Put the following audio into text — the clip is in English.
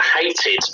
Hated